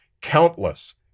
Countless